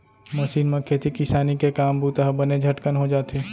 machine म खेती किसानी के काम बूता ह बने झटकन हो जाथे